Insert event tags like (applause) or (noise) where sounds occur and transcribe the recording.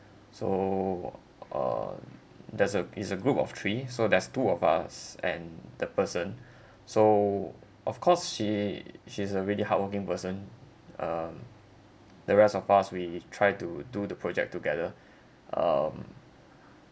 so uh there's a is a group of three so there's two of us and the person so of course she she's a really hardworking person um the rest of us we try to do the project together (breath) um